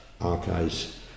archives